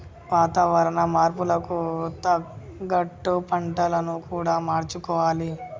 వాతావరణ మార్పులకు తగ్గట్టు పంటలను కూడా మార్చుకోవాలి